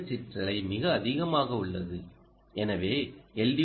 இந்த சிற்றலை மிக அதிகமாக உள்ளது எனவே எல்